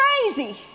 crazy